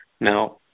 Now